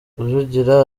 rujugira